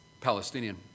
Palestinian